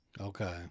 okay